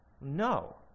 no